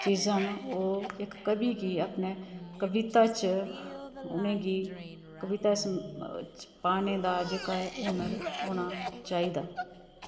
चीजां न ओह् इक कवि गी अपने कविता च उ'नेंगी कविता च पाने दा जेह्का ऐ हुनर होना चाहिदा